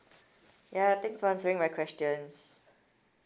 ya thanks for answering my questions